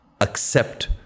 accept